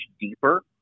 deeper